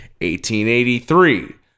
1883